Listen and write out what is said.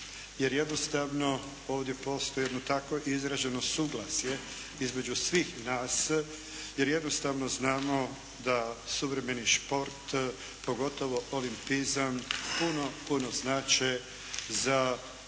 jer jednostavno ovdje postoji jedno tako izraženo suglasje između svih nas jer jednostavno znamo da suvremeni šport pogotovo olimpizam puno, puno znače za afirmaciju